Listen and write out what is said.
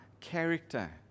character